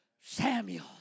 Samuel